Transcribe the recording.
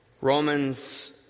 Romans